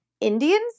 Indians